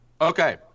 Okay